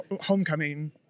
Homecoming